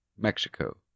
Mexico